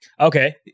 Okay